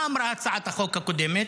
מה אמרה הצעת החוק הקודמת?